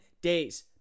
days